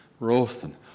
Roasting